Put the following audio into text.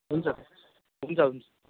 हुन्छ हुन्छ हुन्छ